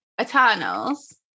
Eternals